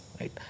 right